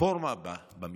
הרפורמה במשפט.